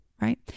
Right